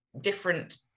different